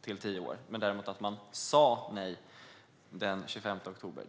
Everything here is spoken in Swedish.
till tio år den 25 oktober men däremot att man sa nej till tio år den 25 oktober.